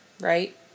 right